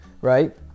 right